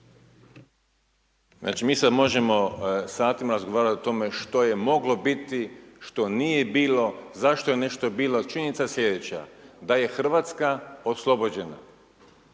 Znači mi sad možemo satima razgovarati o tome što je moglo biti, što nije bilo, zašto je nešto bilo ali činjenica je slijedeća, da je Hrvatska oslobođena.